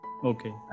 Okay